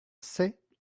sait